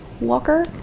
Walker